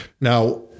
now